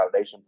validation